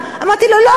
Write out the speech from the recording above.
אמרתי לו: לא,